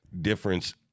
difference